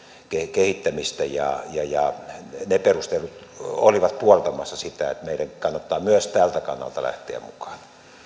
kehittämistä ja ja ne perustelut olivat puoltamassa sitä että meidän kannattaa myös tältä kannalta lähteä mukaan